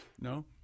No